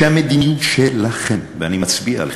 כשהמדיניות שלכם, ואני מצביע עליכם,